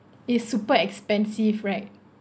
it's super expensive right